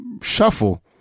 shuffle